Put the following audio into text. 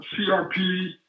CRP